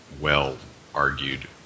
well-argued